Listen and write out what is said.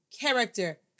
character